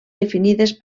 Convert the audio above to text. definides